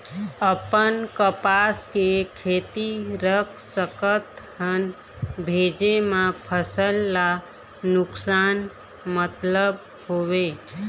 अपन कपास के खेती रख सकत हन भेजे मा फसल ला नुकसान मतलब हावे?